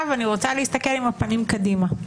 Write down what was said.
עכשיו אני רוצה להסתכל עם הפנים קדימה.